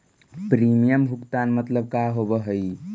Premium भुगतान मतलब का होव हइ?